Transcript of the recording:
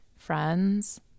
friends